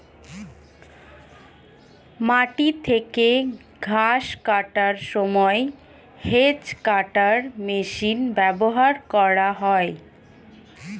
মাটি থেকে ঘাস কাটার সময় হেজ্ কাটার মেশিন ব্যবহার করা হয়